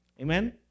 Amen